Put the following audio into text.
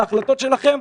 להחלטות שלכם.